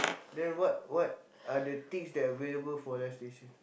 then what what are the things that available for live station